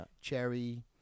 Cherry